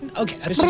Okay